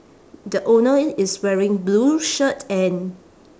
the owner is wearing blue shirt and